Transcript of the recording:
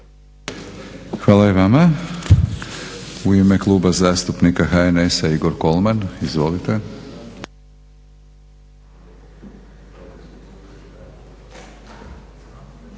Hvala i vama. U ime Kluba zastupnika HNS-a Igor Kolman. Izvolite.